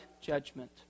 judgment